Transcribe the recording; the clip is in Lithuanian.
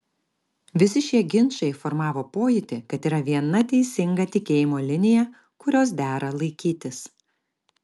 visi šie ginčai formavo pojūtį kad yra viena teisinga tikėjimo linija kurios dera laikytis